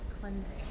cleansing